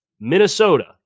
Minnesota